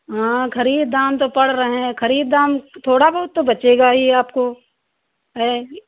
हाँ ख़रीद दाम तो पड़ रहे हैं ख़रीद दाम थोड़ा बहुत तो बचेगा ही आपको है